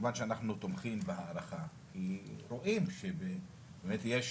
מכיוון שאנחנו תומכים בהארכה כי אנחנו רואים שבאמת יש,